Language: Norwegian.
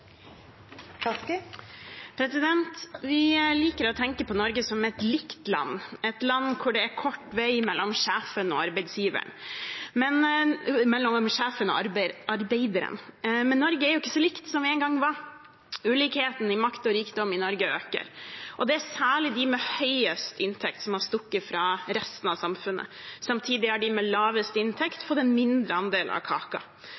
et «likt land», et land hvor det er kort vei mellom sjefen og arbeideren. Men Norge er jo ikke så likt som det en gang var. Ulikheten i makt og rikdom i Norge øker, og det er særlig de med høyest inntekt som har stukket fra resten av samfunnet. Samtidig har de med lavest inntekt fått en mindre andel av kaka.